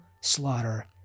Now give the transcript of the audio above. slaughter